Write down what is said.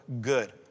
good